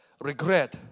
regret